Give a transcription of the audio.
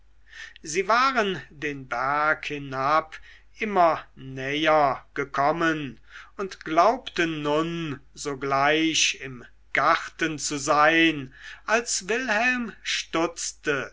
sie waren den berg hinab immer näher gekommen und glaubten nun sogleich im garten zu sein als wilhelm stutzte